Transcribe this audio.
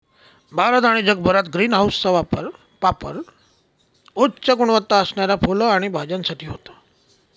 भारत आणि जगभरात ग्रीन हाऊसचा पापर उच्च गुणवत्ता असणाऱ्या फुलं आणि भाज्यांसाठी होतो